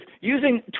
using